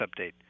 update